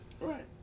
Right